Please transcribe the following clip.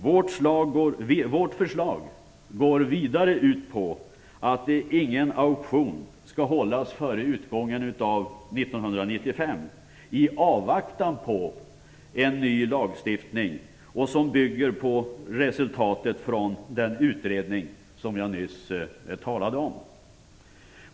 Vårt förslag går vidare ut på att ingen auktion skall hållas före utgången av 1995 i avvaktan på en ny lagstiftning som bygger på resultatet av den utredning jag nyss talade om.